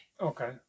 Okay